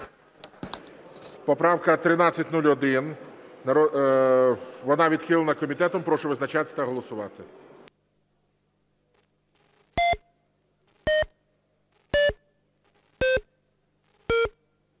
Поправка 1301, вона відхилена комітетом. Прошу визначатись та голосувати.